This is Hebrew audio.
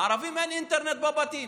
לערבים אין אינטרנט בבתים,